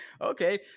okay